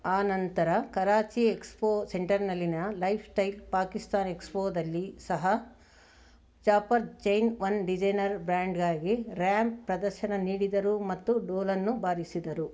ಆನಂತರ ಕರಾಚಿ ಎಕ್ಸ್ಪೋ ಸೆಂಟರ್ನಲ್ಲಿನ ಲೈಫ್ಸ್ಟೈಲ್ ಪಾಕಿಸ್ತಾನ್ ಎಕ್ಸ್ಪೋದಲ್ಲಿ ಸಹ ಜಾಫರ್ ಜೈನ್ ಒನ್ ಡಿಸೈನರ್ ಬ್ರ್ಯಾಂಡ್ಗಾಗಿ ರ್ಯಾಂಪ್ ಪ್ರದರ್ಶನ ನೀಡಿದರು ಮತ್ತು ಡೋಲನ್ನು ಬಾರಿಸಿದರು